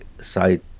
site